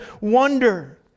wonder